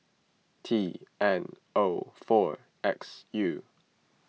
T N O four X U